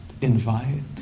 invite